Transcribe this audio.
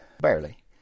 barely